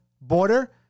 border